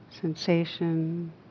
sensation